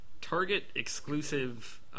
Target-exclusive